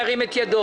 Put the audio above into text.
ירים את ידו.